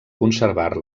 conservar